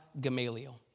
Gamaliel